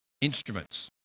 instruments